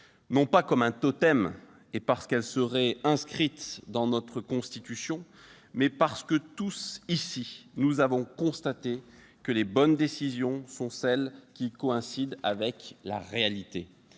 non pas comme un totem ou parce qu'elle serait inscrite dans notre Constitution, mais parce que tous, ici, nous avons constaté que les bonnes décisions sont celles qui coïncident avec la réalité.